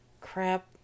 Crap